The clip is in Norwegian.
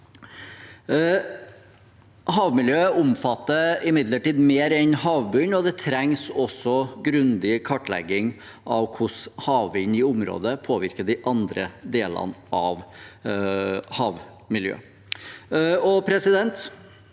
Havmiljø omfatter imidlertid mer enn havbunnen. Det trengs også grundig kartlegging av hvordan havvind i området påvirker de andre delene av havmiljøet. På en